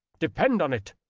depend on it.